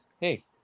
hey